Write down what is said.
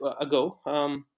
ago